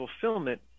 fulfillment